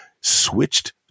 switched